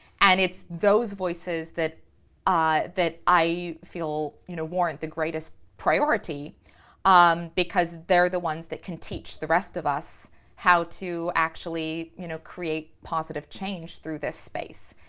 and it's those voices that i that i feel you know warrant the greatest priority um because they're the ones that can teach the rest of us how to actually you know create positive change through this space.